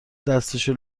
دستشو